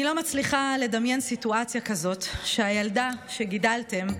אני לא מצליחה לדמיין סיטואציה כזאת שהילדה שגידלתם,